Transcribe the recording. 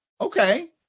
okay